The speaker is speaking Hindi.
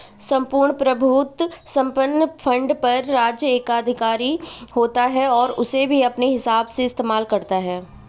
सम्पूर्ण प्रभुत्व संपन्न फंड पर राज्य एकाधिकार होता है और उसे अपने हिसाब से इस्तेमाल करता है